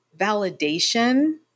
validation